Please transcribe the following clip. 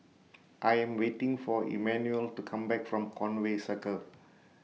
I Am waiting For Emanuel to Come Back from Conway Circle